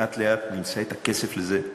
לאט-לאט נמצא את הכסף לזה.